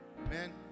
Amen